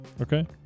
Okay